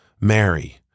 Mary